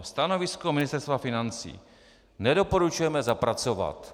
Stanovisko Ministerstva financí: Nedoporučujeme zapracovat.